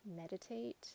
meditate